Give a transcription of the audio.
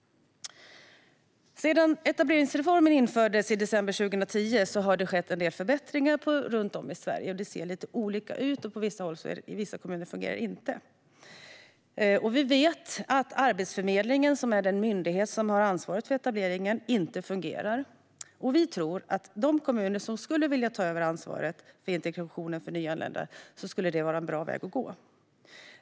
Sedan etableringsreformen infördes i december 2010 har det skett en del förbättringar runt om i Sverige. Men det ser lite olika ut, och i vissa kommuner fungerar det inte. Vi vet också att Arbetsförmedlingen, som är den myndighet som har ansvaret för etableringen, inte fungerar. Vi tror att för de kommuner som skulle vilja ta över ansvaret för integrationen av nyanlända skulle det vara en bra väg att gå.